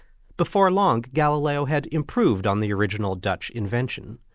before long, galileo had improved on the original dutch invention.